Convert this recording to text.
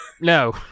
No